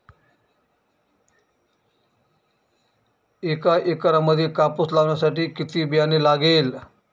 एका एकरामध्ये कापूस लावण्यासाठी किती बियाणे लागेल?